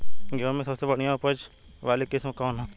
गेहूं में सबसे बढ़िया उच्च उपज वाली किस्म कौन ह?